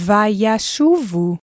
Vayashuvu